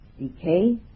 decay